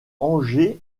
angers